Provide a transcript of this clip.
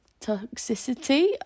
toxicity